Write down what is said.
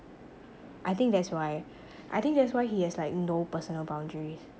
I think that's why I think that's why he has like no personal boundaries